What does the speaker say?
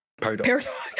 paradox